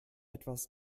etwas